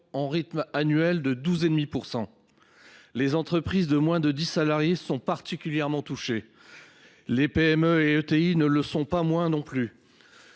en rythme annuel de 12,5%. Les entreprises de moins de 10 salariés sont particulièrement touchées. Les PME et ETI ne le sont pas moins non plus.